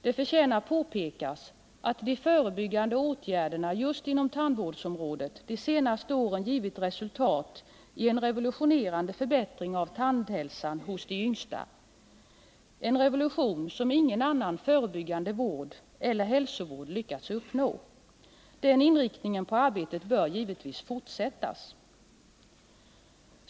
Det förtjänar påpekas att de förebyggande åtgärderna just inom tandvårdsområdet de senaste åren givit resultat i en revolutionerande förbättring av tandhälsan hos de yngsta — en revolution som ingen annan förebyggande vård eller hälsovård lyckats med. Den inriktningen av arbetet bör givetvis fortsättas.